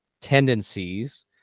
tendencies